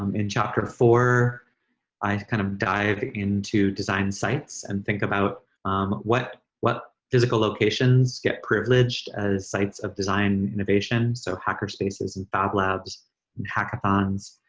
um in chapter four i kind of dive into design sites and think about what what physical locations get privileged as sites of design innovation, so hackerspaces and fablabs and hackathons,